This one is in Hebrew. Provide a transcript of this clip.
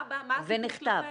מה הסיפור שלכן,